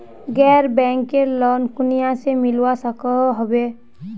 गैर banking loan कुनियाँ से मिलवा सकोहो होबे?